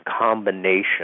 combination